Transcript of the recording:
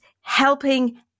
helping